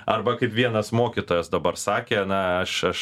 arba kaip vienas mokytojas dabar sakė na aš aš